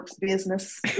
business